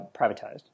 privatized